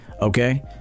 okay